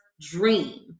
dream